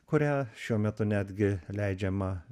kurią šiuo metu netgi leidžiama